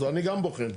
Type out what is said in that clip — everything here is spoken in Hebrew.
אז אני גם בוחן.